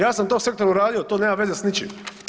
Ja sam u tom sektoru radio, to nema veze s ničim.